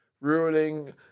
ruining